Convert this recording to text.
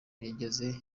bigeze